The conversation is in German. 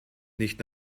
nicht